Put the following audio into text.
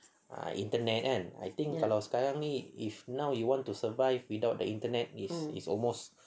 ah internet kan I think kalau sekarang ni if now we want to survive without the internet it's almost